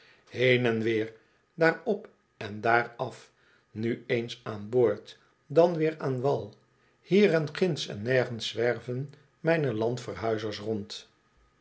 heen en weer daar op en daar af nu eens aan boord dan weer aan wal hier en ginds en nergens zwerven mijne landverhuizers rond